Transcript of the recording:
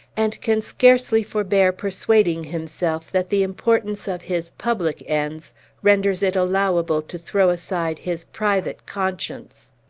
and can scarcely forbear persuading himself that the importance of his public ends renders it allowable to throw aside his private conscience.